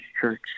church